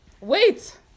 wait